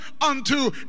unto